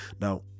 Now